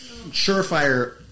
surefire-